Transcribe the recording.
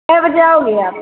कई बजे आओगे आप